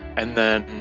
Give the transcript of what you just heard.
and then